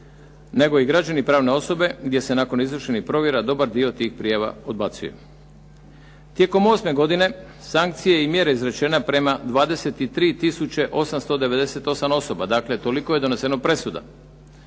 nego i građani, pravne osobe gdje se nakon izvršenih provjera dobar dio tih prijava odbacuje. Tijekom osme godine sankcije i mjere izrečene prema 23 tisuće 898 osoba, dakle toliko je doneseno presuda,